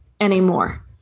anymore